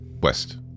West